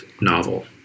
novel